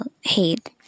hate